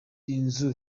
inzu